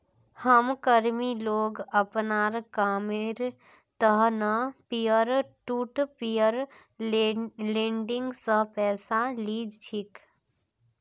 सहकर्मी लोग अपनार कामेर त न पीयर टू पीयर लेंडिंग स पैसा ली छेक